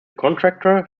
contractor